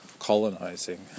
colonizing